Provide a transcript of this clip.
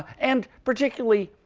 and particularly,